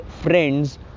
friends